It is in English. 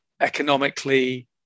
economically